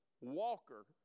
walker